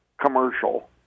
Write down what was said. commercial